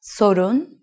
Sorun